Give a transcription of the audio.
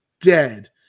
dead